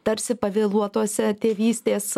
tarsi pavėluotose tėvystės